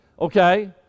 okay